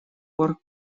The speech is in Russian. пор